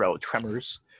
tremors